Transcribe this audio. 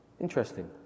Interesting